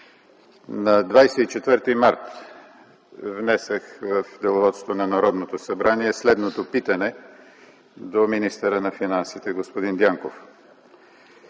На 24 март т.г. внесох в деловодството на Народното събрание следното питане до министъра на финансите господин Дянков: